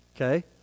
okay